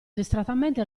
distrattamente